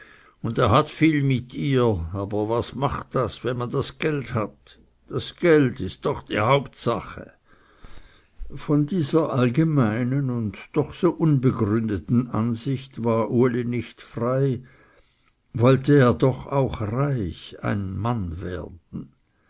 und er hat viel mit ihr aber was macht das wenn man geld hat das geld ist doch die hauptsache von dieser allgemeinen und doch so unbegründeten ansicht war uli nicht frei wollte er ja doch auch reich ein mann werden